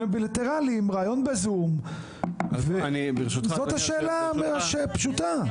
הבילטרליים ראיון בזום וזאת אלה פשוטה.